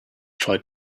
tried